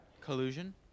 Collusion